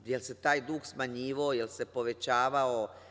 Jel se taj dug smanjivao, jel se povećavao?